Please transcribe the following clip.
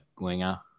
winger